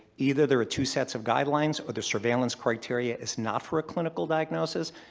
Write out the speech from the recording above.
either there are two sets of guidelines or the surveillance criteria is not for a clinical diagnosis.